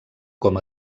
com